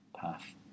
path